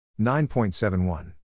9.71